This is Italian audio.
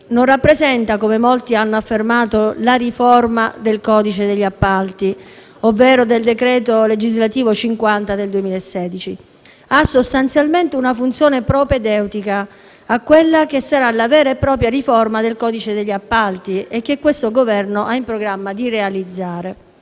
non rappresenta, come molti hanno affermato, la riforma del codice degli appalti, ovvero del decreto legislativo n. 50 del 2016: ha sostanzialmente una funzione propedeutica a quella che sarà la vera e propria riforma del codice degli appalti e che questo Governo ha in programma di realizzare.